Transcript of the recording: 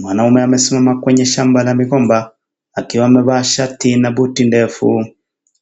Mwanamume amesimama kwenye shamba la migomba akiwa amevaa shati na buti ndefu.